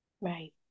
Right